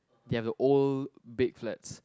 they have a old big flats